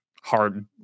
hard